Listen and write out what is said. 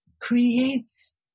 creates